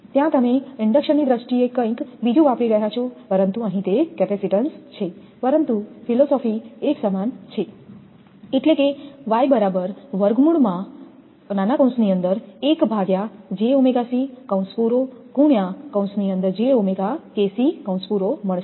ત્યાં તમે ઇન્ડડક્શનની દ્રષ્ટિએ કંઈક બીજું વાપરી રહ્યા છો પરંતુ અહીં તે કેપેસિટીન્સ છે પરંતુ ફિલસૂફી એક સમાન છે